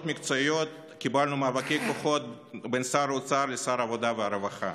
מקצועיות קיבלנו מאבקי כוחות בין שר האוצר לשר העבודה והרווחה.